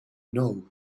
nou